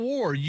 War